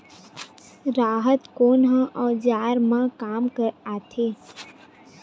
राहत कोन ह औजार मा काम आथे?